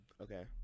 Okay